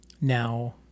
now